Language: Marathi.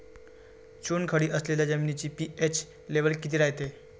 चुनखडी असलेल्या जमिनीचा पी.एच लेव्हल किती रायते?